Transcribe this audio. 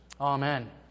Amen